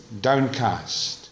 downcast